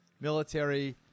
military